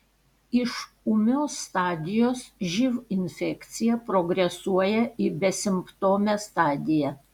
iš ūmios stadijos živ infekcija progresuoja į besimptomę stadiją